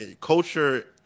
Culture